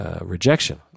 rejection